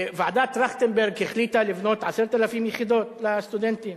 ועדת-טרכטנברג החליטה לבנות 10,000 יחידות לסטודנטים.